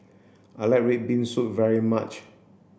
I like red bean soup very much